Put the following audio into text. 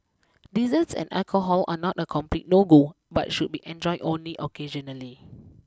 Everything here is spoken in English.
desserts and alcohol are not a complete no go but should be enjoyed only occasionally